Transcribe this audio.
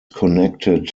connected